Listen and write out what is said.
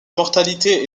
mortalité